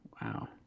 Wow